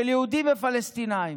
של יהודים ופלסטינים.